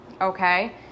Okay